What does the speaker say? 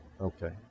Okay